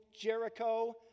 Jericho